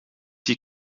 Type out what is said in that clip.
die